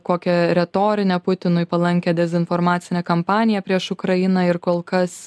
kokią retorinę putinui palankią dezinformacinę kampaniją prieš ukrainą ir kol kas